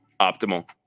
optimal